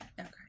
Okay